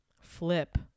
flip